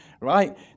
right